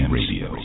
Radio